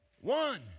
One